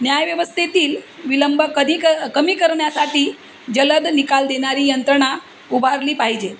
न्यायव्यवस्थेतील विलंब कधी क कमी करण्यासाठी जलद निकाल देणारी यंत्रणा उभारली पाहिजे